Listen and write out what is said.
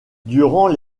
durant